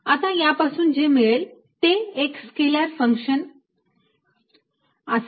आता या पासून जे मिळेल ते एक स्केलर फंकशन असेल